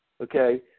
okay